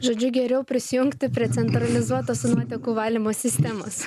žodžiu geriau prisijungti prie centralizuotos nuotekų valymo sistemos